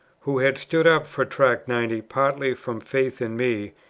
who had stood up for tract ninety partly from faith in me,